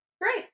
Great